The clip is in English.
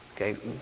Okay